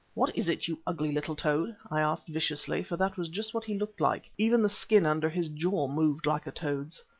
what is it, you ugly little toad? i asked viciously, for that was just what he looked like even the skin under his jaw moved like a toad's.